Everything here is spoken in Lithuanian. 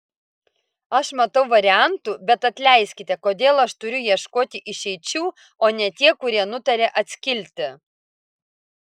aš matau variantų bet atleiskite kodėl aš turiu ieškoti išeičių o ne tie kurie nutarė atskilti